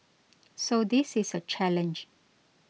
so this is a challenge